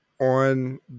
on